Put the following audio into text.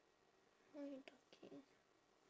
what you talking